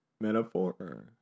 metaphor